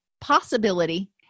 possibility